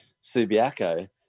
Subiaco